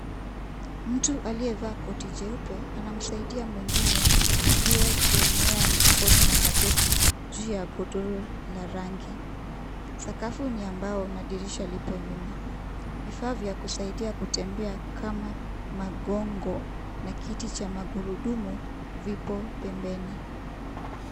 Mtu aliyevaa koti jeupe anamsaidia mwingine aliyeegemea mikono na magoti juu ya godoro la rangi. Sakafu ni ya mbao na dirisha lipo nyuma. Vifaa vya kusaidia kutembea kama magongo na kiti cha magurudumu vipo pembeni.